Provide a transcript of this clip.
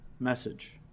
message